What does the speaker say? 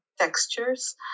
textures